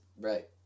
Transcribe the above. Right